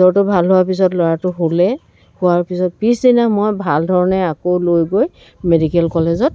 জ্বৰটো ভাল হোৱা পিছত ল'ৰাটো শুলে শোৱাৰ পিছত পিছদিনা মই ভালধৰণে আকৌ লৈ গৈ মেডিকেল কলেজত